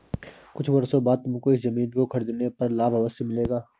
कुछ वर्षों बाद तुमको इस ज़मीन को खरीदने पर लाभ अवश्य मिलेगा